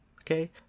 Okay